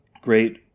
Great